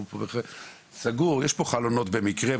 אנחנו בחדר סגור יש פה חלונות במקרה,